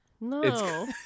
No